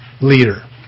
leader